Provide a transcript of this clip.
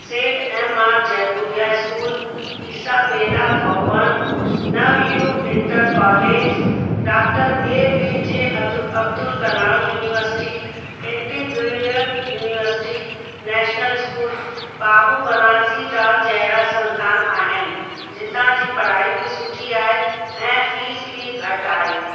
सेठ M R Jaipuria school Isabella Thoburn Navyug inter college doctor APJ Abdul Abdul Kalam university integral university national school Babu Banarasi Das जहिड़ा संस्थान आहिनि जितां जी पढ़ाई बि सुठी आहे ऐं फीस बि घटि आहे